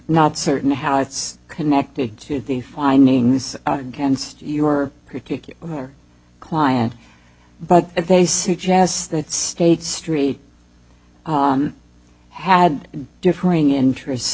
not certain how it's connected to the findings canst your particular client but if they suggest that state street had differing interests